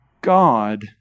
God